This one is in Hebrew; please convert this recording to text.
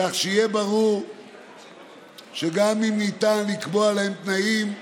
כך שיהיה ברור שגם אם ניתן לקבוע להם תנאים,